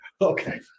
Okay